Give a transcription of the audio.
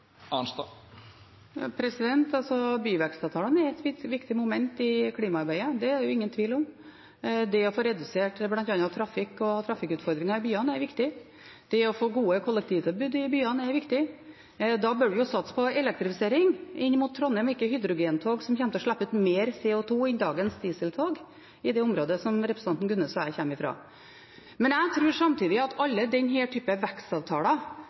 er et viktig moment i klimaarbeidet. Det er det ingen tvil om. Det å få redusert bl.a. trafikk og trafikkutfordringer i byene er viktig. Det å få gode kollektivtilbud i byene er viktig. Da bør en jo satse på elektrifisering inn mot Trondheim, og ikke hydrogentog, som kommer til å slippe ut mer CO 2 enn dagens dieseltog, i det området som representanten Gunnes og jeg kommer fra. Jeg tror samtidig at